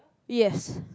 yes